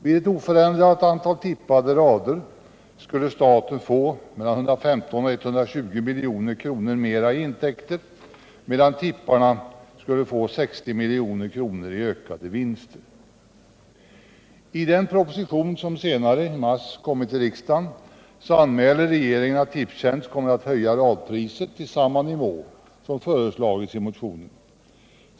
Vid ett oförändrat antal tippade rader skulle staten få mellan 115 och 120 milj.kr. mer i intäkter, medan tipparna skulle få 60 milj.kr. i ökade vinster. I den proposition som senare i mars kommit till riksdagen anmäler regeringen att Tipstjänst kommer att höja radpriset till samma nivå som föreslagits i motionen.